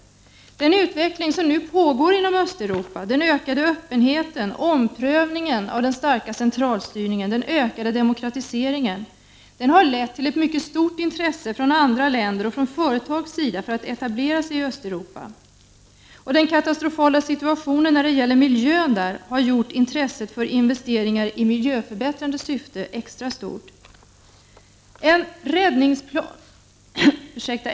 Den utveckling som nu pågår i Östeuropa — den ökade öppenheten, omprövningen av den starka centralstyrningen, den ökade demokratiseringen — har lett till ett mycket stort intresse från andra länder och från företag för att etablera sig i Östeuropa. Den katastrofala situationen när det gäller miljön där har gjort intresset för investeringar i miljöförbättrande syfte extra starkt.